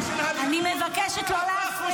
של הליכוד --- אני מבקשת לא להפריע.